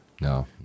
No